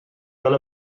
fel